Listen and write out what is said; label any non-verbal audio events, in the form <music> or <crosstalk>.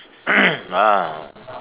<coughs> ah